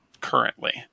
Currently